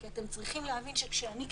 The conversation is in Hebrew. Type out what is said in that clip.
כי אתם צריכים להבין שאני,